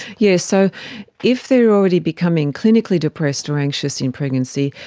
yes, so if they are already becoming clinically depressed or anxious in pregnancy,